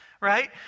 right